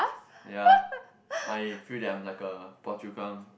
ya I feel that I'm like a Phua-Chu-Kang